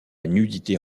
nudité